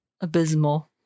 abysmal